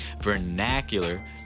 Vernacular